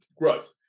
growth